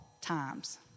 times